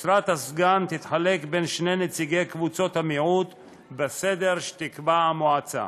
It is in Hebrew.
משרת הסגן תתחלק בין שני נציגי קבוצות המיעוט בסדר שתקבע המועצה.